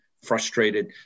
frustrated